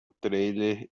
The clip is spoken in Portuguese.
trailer